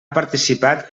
participat